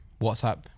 WhatsApp